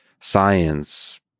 science